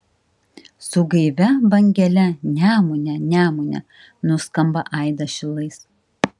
su gaivia bangele nemune nemune nuskamba aidas šilais